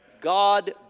God